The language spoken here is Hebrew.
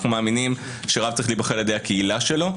אנחנו מאמינים שרב צריך להיבחר על ידי הקהילה שלו.